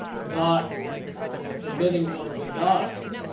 not admitting or denying.